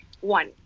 one